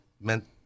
meant